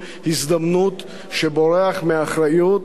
שבורח מאחריות ומפחד להכריע,